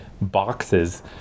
boxes